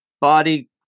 body